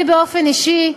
שלי באופן אישי,